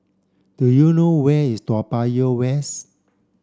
do you know where is Toa Payoh West